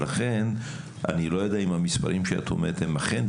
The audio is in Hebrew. לכן אני לא יודע אם המספרים שאת אומרת הם אכן,